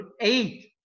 eight